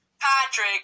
Patrick